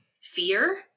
fear